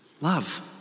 love